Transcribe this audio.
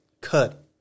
cut